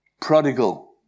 prodigal